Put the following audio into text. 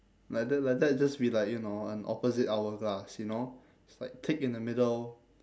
like that like that just be like you know an opposite hourglass you know it's like thick in the middle